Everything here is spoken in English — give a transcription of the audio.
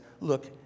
look